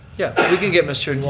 yeah, we can get mr.